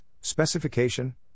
specification